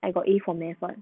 I got A for math [one]